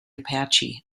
apache